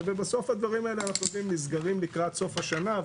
ובסוף הדברים האלה אנחנו יודעים נסגרים לקראת סוף השנה,